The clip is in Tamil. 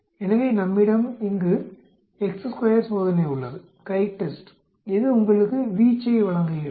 எனவே நம்மிடம் இங்கு சோதனை உள்ளது CHITEST இது உங்களுக்கு வீச்சை வழங்குகிறது